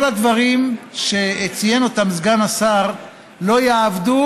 כל הדברים שציין אותם סגן השר לא יעבדו,